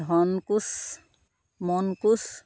ধন কোঁচ মন কোঁচ